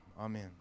Amen